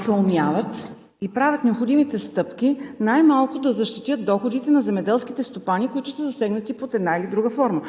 съумяват и правят необходимите стъпки – най-малко да защитят доходите на земеделските стопани, които са засегнати под една или друга форма.